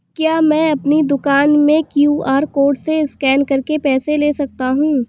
क्या मैं अपनी दुकान में क्यू.आर कोड से स्कैन करके पैसे ले सकता हूँ?